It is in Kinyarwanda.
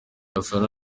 gasana